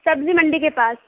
سبزی منڈی کے پاس